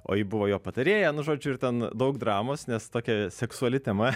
o ji buvo jo patarėja nu žodžiu ir ten daug dramos nes tokia seksuali tema